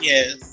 Yes